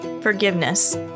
Forgiveness